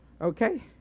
Okay